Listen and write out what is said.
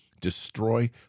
destroy